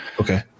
Okay